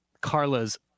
Carla's